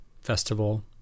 festival